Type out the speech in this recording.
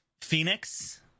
Phoenix